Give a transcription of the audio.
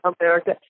America